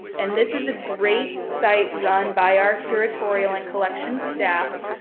and this is a great site run by our curatorial and collection staff,